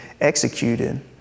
executed